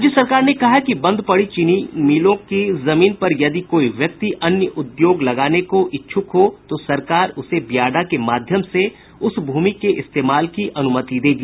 राज्य सरकार ने कहा है कि बंद पड़ी चीनी मिलों की जमीन पर यदि कोई व्यक्ति अन्य उद्योग लगाने को इच्छुक हो तो सरकार उसे बियाडा के माध्यम से उस भूमि के इस्तेमाल की अनुमति देगी